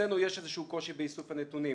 אצלנו יש איזשהו קושי באיסוף הנתונים.